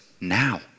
now